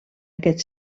aquest